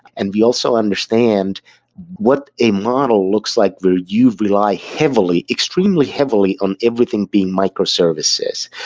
and we also understand what a model looks like where you rely heavily, extremely heavily on everything being microservices,